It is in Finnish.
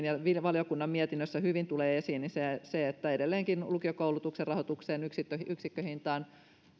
ja valiokunnan mietinnössä hyvin tulee esiin niin edelleenkin lukiokoulutuksen rahoituksen yksikköhintaan